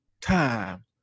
time